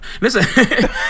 Listen